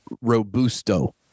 robusto